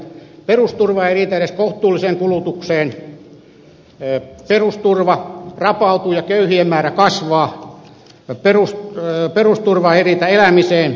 perusturva ei riitä edes kohtuulliseen kulutukseen perusturva rapautuu ja köyhien määrä kasvaa ja perusturva ei riitä elämiseen